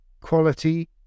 quality